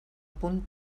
punt